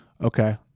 Okay